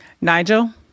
Nigel